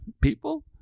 people